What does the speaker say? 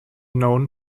known